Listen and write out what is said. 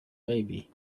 baby